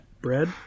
bread